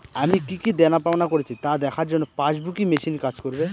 আমি কি কি দেনাপাওনা করেছি তা দেখার জন্য পাসবুক ই মেশিন কাজ করবে?